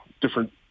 different